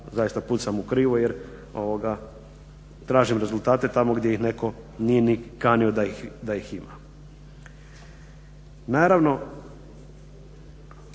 zaista pucam u krivo jer tražim rezultate tamo gdje ih netko nije ni kanio da ih ima. Naravno,